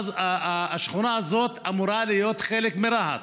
השכונה הזאת אמורה להיות חלק מרהט.